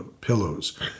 pillows